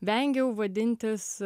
vengiau vadintis